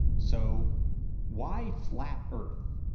so why flat earth?